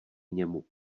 němu